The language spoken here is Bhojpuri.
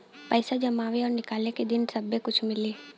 पैसा जमावे और निकाले के दिन सब्बे कुछ मिली